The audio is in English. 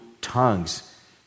tongues